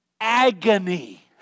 agony